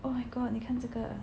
oh my god 你看这个